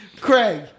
Craig